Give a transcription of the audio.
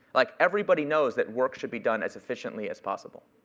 like, everybody knows that work should be done as efficiently as possible,